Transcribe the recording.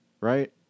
Right